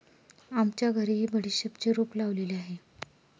आमच्या घरीही बडीशेपचे रोप लावलेले आहे